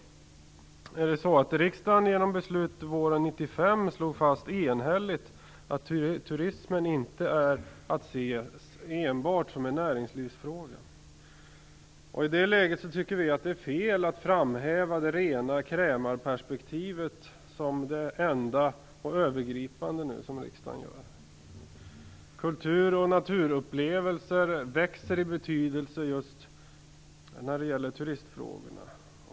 Riksdagen beslutade enhälligt våren 1995 att turismen inte är att se enbart som en näringslivsfråga. Därför tycker vi att det är fel att framhäva det rena krämarperspektivet som det enda och övergripande, som riksdagen gör. Kulturoch naturupplevelser växer i betydelse när det gäller just turistfrågorna.